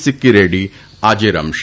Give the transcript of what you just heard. સીક્કી રેડી આજે રમાશે